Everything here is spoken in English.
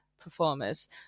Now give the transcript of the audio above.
performers